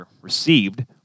received